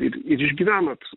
ir ir išgyvenat